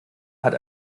hat